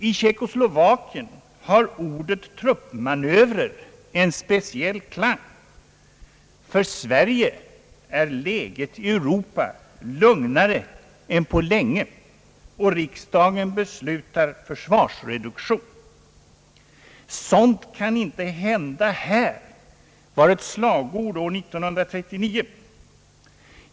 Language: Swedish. I Tieckoslovakien har ordet truppmanöver en speciell klang. För Sverige är läget i Europa lugnare än på länge, och riksdagen beslutar försvarsreduktion. »Sådant kan inte hända här» var ett slagord år 1939.